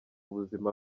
buzima